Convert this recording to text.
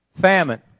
Famine